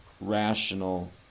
rational